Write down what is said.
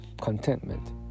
contentment